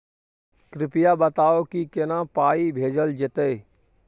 कृपया बताऊ की केना पाई भेजल जेतै?